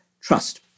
trust